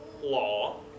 law